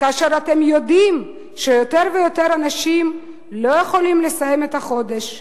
כאשר אתם יודעים שיותר ויותר אנשים לא יכולים לסיים את החודש,